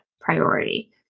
priority